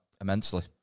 immensely